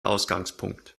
ausgangspunkt